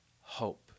hope